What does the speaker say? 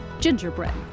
gingerbread